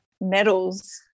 medals